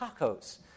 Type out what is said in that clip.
tacos